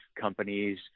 companies